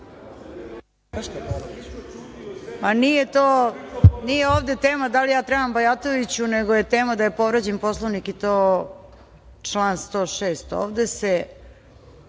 Paunović** Nije ovde tema da li ja trebam, Bajatoviću, nego je tema da je povređen Poslovnik i to član 106.Ovde se